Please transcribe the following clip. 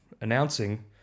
announcing